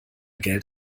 geld